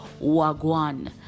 wagwan